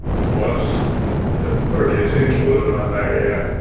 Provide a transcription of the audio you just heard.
was pretty essential in my